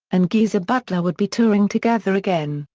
and geezer butler would be touring together again,